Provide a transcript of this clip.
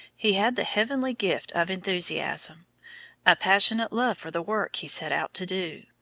he had the heavenly gift of enthusiasm a passionate love for the work he set out to do.